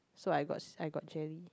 so I I got jelly